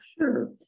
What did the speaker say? Sure